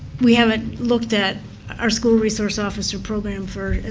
we haven't looked at our school resource officer program for,